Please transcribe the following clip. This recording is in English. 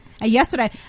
yesterday